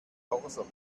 torso